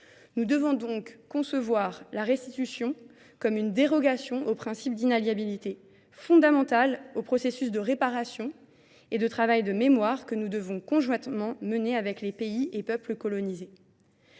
Nous devons donc concevoir la restitution comme une dérogation aux principes d'inaliabilité fondamentale au processus de réparation et de travail de mémoire que nous devons conjointement mener avec les pays et peuples colonisés.